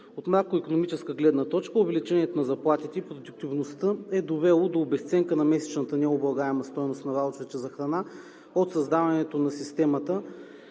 От макроикономическа гледна точка увеличението на заплатите, продуктивността е довело до обезценка на месечната необлагаема стойност на ваучерите за храна от създаването на системата